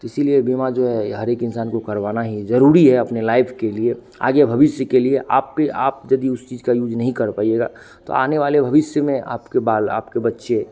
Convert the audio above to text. तो इसीलिए बीमा जो है हर एक इंसान को करवाना ही ज़रूरी है अपने लाइफ के लिए आगे भविष्य के लिए आप पर आप यदी उस चीज़ का यूज नहीं कर पाइएगा तो आने वाले भविष्य में आपके बाल आपके बच्चे